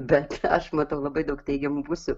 bet aš matau labai daug teigiamų pusių